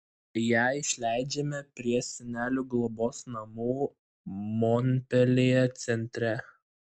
ją išleidžiame prie senelių globos namų monpeljė centre